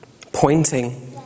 pointing